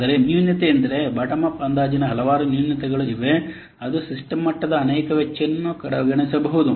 ಆದರೆ ನ್ಯೂನತೆಯೆಂದರೆ bottom up ಅಂದಾಜಿನ ಹಲವಾರು ನ್ಯೂನತೆಗಳು ಇವೆ ಅದು ಸಿಸ್ಟಮ್ ಮಟ್ಟದ ಅನೇಕ ವೆಚ್ಚವನ್ನು ಕಡೆಗಣಿಸಬಹುದು